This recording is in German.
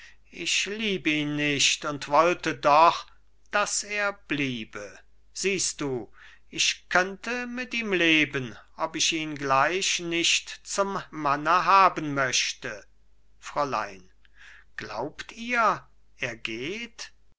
ich lieb ihn nicht und wollte doch daß er bliebe siehst du ich könnte mit ihm leben ob ich ihn gleich nicht zum manne haben möchte fräulein glaubt ihr er geht